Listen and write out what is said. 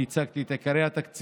אני הצגתי את עיקרי התקציב.